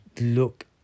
look